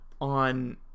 on